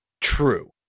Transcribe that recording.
True